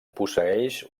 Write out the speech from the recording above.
posseeix